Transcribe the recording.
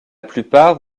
plupart